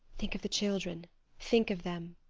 think of the children think of them.